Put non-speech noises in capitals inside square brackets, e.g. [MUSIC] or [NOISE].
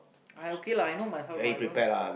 [NOISE] I okay lah I know myself lah I don't